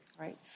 Right